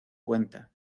cuenta